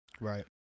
Right